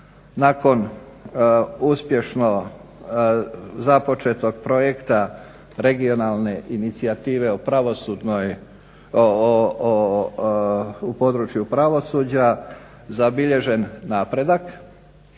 nakon uspješno započetog projekta Regionalne inicijative o pravosudnoj, u području pravosuđa zabilježen napredak.